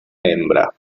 hembra